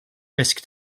risk